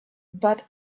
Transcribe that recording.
but